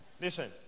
listen